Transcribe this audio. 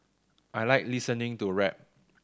I like listening to rap